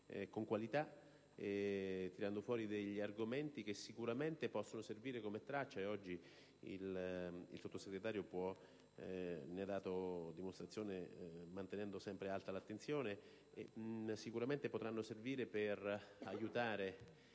con qualità, tirando fuori degli argomenti che sicuramente possono servire come traccia e oggi il Sottosegretario ne ha dato dimostrazione mantenendo sempre alta l'attenzione. Sicuramente potranno servire per aiutare